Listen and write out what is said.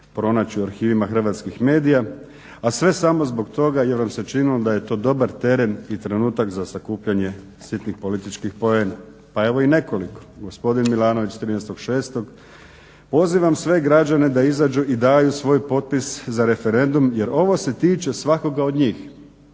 pronaći u arhivima hrvatskih medija, a sve samo zbog toga jer vam se činilo da je to dobar teren i trenutak za sakupljanje sitnih političkih poena. Pa evo i nekoliko, gospodin Milanović 13.6. "Pozivam sve građane da izađu i daju svoj potpis za referendum jer ovo se tiče svakoga od njih,